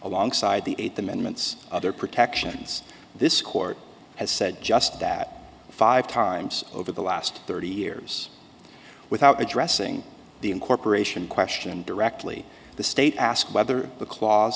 alongside the eighth amendment other protections this court has said just that five times over the last thirty years without addressing the incorporation question directly the state asked whether the cla